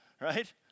right